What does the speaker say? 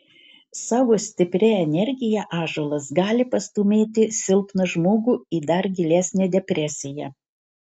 savo stipria energija ąžuolas gali pastūmėti silpną žmogų į dar gilesnę depresiją